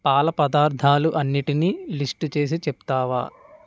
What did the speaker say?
పాల పదార్ధాలు అన్నిటినీ లిస్ట్ చేసి చెప్తావా